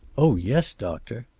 oh, yes, doctor.